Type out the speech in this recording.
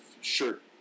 shirt